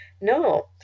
no